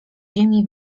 ziemi